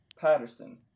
Patterson